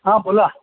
हां बोला